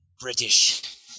British